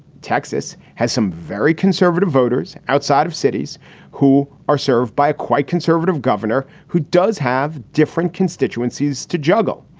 texas has some very conservative voters outside of cities who are served by a quite conservative governor who does have different constituencies to juggle.